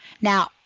Now